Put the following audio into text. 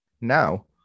Now